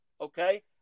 okay